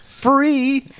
free